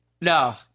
No